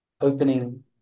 opening